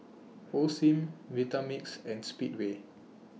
Osim Vitamix and Speedway